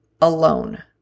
alone